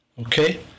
Okay